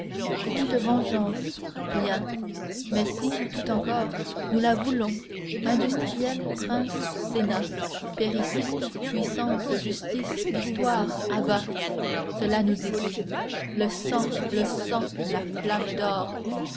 et toute vengeance rien mais si toute encor nous la voulons industriels princes sénats périssez puissance justice histoire à bas ça nous est dû le sang le sang la flamme d'or